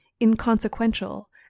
inconsequential